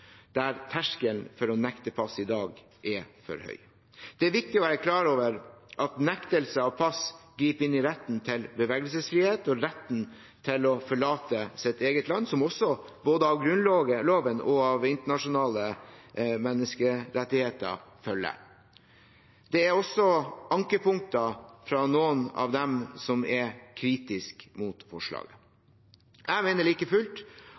der terskelen for å nekte pass i dag er for høy. Det er viktig å være klar over at nektelse av pass griper inn i retten til bevegelsesfrihet og retten til å forlate sitt eget land, som følger både av Grunnloven og av internasjonale menneskerettigheter. Det er også ankepunktet fra noen av dem som er kritiske til forslaget. Jeg mener like fullt